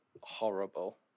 horrible